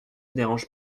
dérange